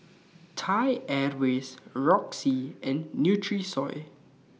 Thai Airways Roxy and Nutrisoy